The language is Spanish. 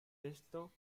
esto